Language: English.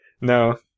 No